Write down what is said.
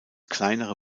kleinere